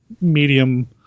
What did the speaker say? medium